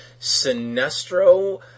Sinestro